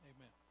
Amen